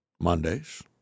Mondays